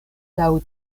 laŭ